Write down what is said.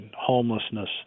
homelessness